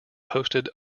posted